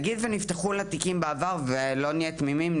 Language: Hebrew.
אם נפתחו לה תיקים לשווא בעבר ולא נהיה תמימים,